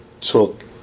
took